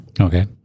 Okay